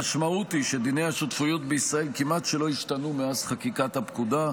המשמעות היא שדיני השותפויות בישראל כמעט שלא השתנו מאז חקיקת הפקודה.